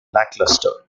lackluster